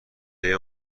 های